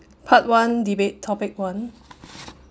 part one debate topic one